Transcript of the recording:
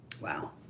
Wow